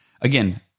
Again